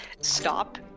stop